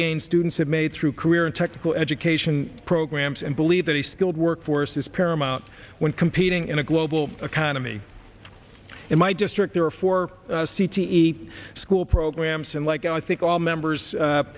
gains students have made through career and technical education programs and believe that the skilled workforce is paramount when competing in a global economy in my district there are four c t e school programs and like i think all members a